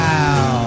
Wow